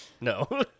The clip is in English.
No